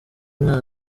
mwana